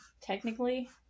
technically